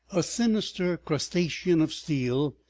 a sinister crustacean of steel,